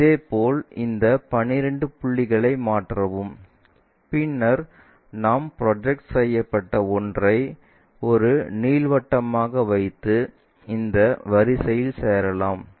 இதேபோல் இந்த 12 புள்ளிகளை மாற்றவும் பின்னர் நாம் ப்ரொஜெக்ட் செய்யப்பட்ட ஒன்றை ஒரு நீள்வட்டமாக வைத்து இந்த வரிசையில் சேரலாம்